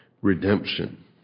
redemption